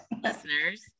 listeners